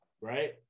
right